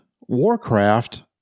Warcraft